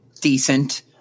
decent